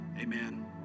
Amen